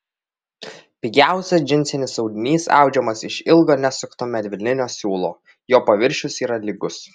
pigiausias džinsinis audinys audžiamas iš ilgo nesukto medvilninio siūlo jo paviršius yra lygus